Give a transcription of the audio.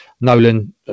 Nolan